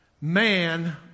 man